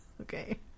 Okay